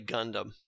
Gundam